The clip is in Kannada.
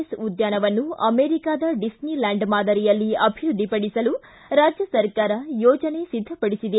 ಎಸ್ ಉದ್ಯಾನವನ್ನು ಅಮೇರಿಕದ ಡಿಸ್ನಿಲ್ಯಾಂಡ್ ಮಾದರಿಯಲ್ಲಿ ಅಭಿವೃದ್ಧಿಪಡಿಸಲು ರಾಜ್ಯ ಸರಕಾರ ಯೋಜನೆ ಸಿದ್ಧಪಡಿಸಿದೆ